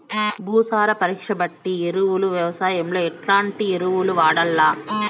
భూసార పరీక్ష బట్టి ఎరువులు వ్యవసాయంలో ఎట్లాంటి ఎరువులు వాడల్ల?